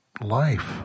life